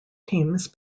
teams